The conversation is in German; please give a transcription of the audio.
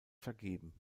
vergeben